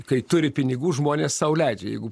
kai turi pinigų žmonės sau leidžia jeigu